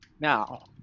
now